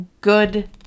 good